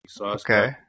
Okay